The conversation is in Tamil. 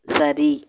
சரி